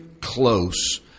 close